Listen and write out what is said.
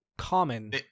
common